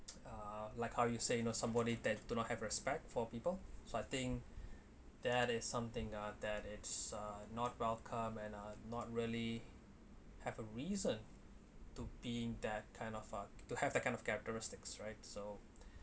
uh like how you say you know somebody that do not have respect for people so I think that is something uh that is uh not welcome and uh not really have a reason to being that kind of uh to have that kind of characteristics right so